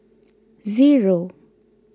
zero